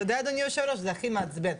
תודה אדוני היו"ר זה הכי מעצבן,